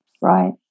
Right